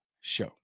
show